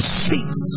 seats